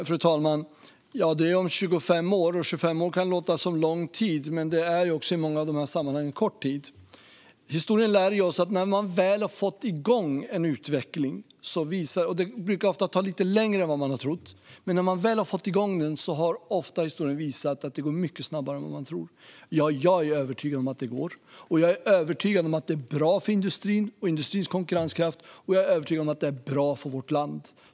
Fru talman! Det är om 25 år, och 25 år kan låta som en lång tid. Men det är i många av dessa sammanhang en kort tid. Historien lär oss att när man väl har fått igång en utveckling - det brukar ofta ta lite längre tid än man har trott - går det ofta mycket snabbare än man har trott. Jag är övertygad om att detta går, och jag är övertygad om att det är bra för industrin och industrins konkurrenskraft. Jag är också övertygad om att det är bra för vårt land.